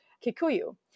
Kikuyu